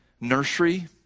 nursery